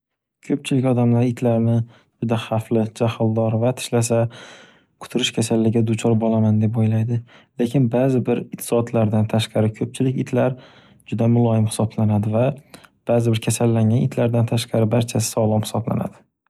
Ko'pchilik odamlar itlarni juda xavfli, jaxldor va tishlasa kutirish kasalliga duchor bo'laman deb o'ylaydi, lekin baʼzi bir it zotlardan tashqari ko'pchilik itlar juda muloyim hisoblanadi va ba'zi bir kasallangan itlardan tashqari barchasi sog'lom hisoblanadi.